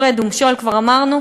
הפרד ומשול כבר אמרנו?